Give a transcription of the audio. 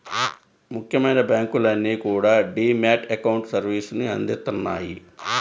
ముఖ్యమైన బ్యాంకులన్నీ కూడా డీ మ్యాట్ అకౌంట్ సర్వీసుని అందిత్తన్నాయి